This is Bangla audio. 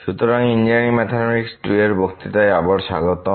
সুতরাং ইঞ্জিনিয়ারিং ম্যাথমেটিক্স 2 এর বক্তৃতায় আবার স্বাগতম